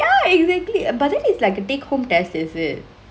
ya exactly but then it's like a take home test is it